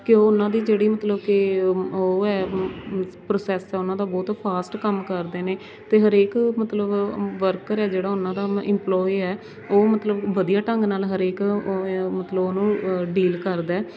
ਕਿ ਉਹ ਉਹਨਾਂ ਦੀ ਜਿਹੜੀ ਮਤਲਬ ਕਿ ਮ ਉਹ ਹੈ ਪ੍ਰੋਸੈਸ ਹੈ ਉਹਨਾਂ ਦਾ ਬਹੁਤ ਫਾਸਟ ਕੰਮ ਕਰਦੇ ਨੇ ਅਤੇ ਹਰੇਕ ਮਤਲਬ ਵਰਕਰ ਹੈ ਜਿਹੜਾ ਉਹਨਾਂ ਦਾ ਮ ਇਮਪਲੋਏ ਹੈ ਉਹ ਮਤਲਬ ਵਧੀਆ ਢੰਗ ਨਾਲ ਹਰੇਕ ਉਹ ਮਤਲਬ ਉਹਨੂੰ ਡੀਲ ਕਰਦਾ ਹੈ